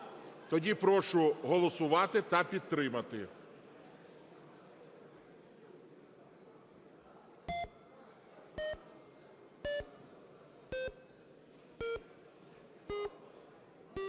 Тоді прошу голосувати та підтримати.